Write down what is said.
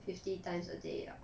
fifty times a day 了